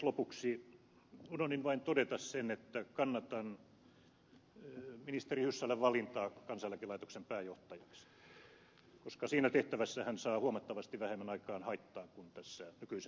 lopuksi unohdin vain todeta sen että kannatan ministeri hyssälän valintaa kansaneläkelaitoksen pääjohtajaksi koska siinä tehtävässä hän saa huomattavasti vähemmän aikaan haittaa kuin tässä nykyisessä tehtävässään